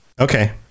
okay